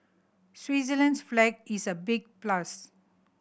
Switzerland's flag is a big plus